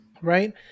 right